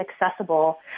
accessible